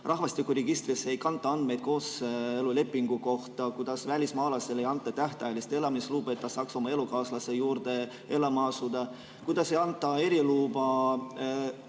rahvastikuregistrisse ei kanta andmeid kooselulepingu kohta, kuidas välismaalastele ei anta tähtajalist elamisluba, et saaks oma elukaaslase juurde elama asuda, kuidas ei anta eriluba